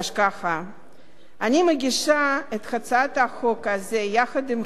אני מגישה את הצעת החוק הזאת יחד עם חברי מיכאל בן-ארי